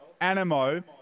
Animo